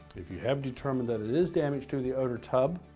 if you have determined that it is damage to the outer tub,